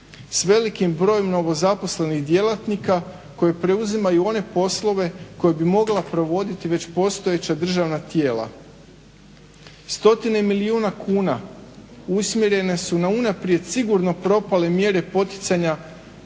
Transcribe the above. s velikim brojem novozaposlenih djelatnika koji preuzimaju one poslove koje bi mogla provoditi već postojeća državna tijela. Stotine milijuna kuna usmjerene su na unaprijed sigurno propale mjere poticanja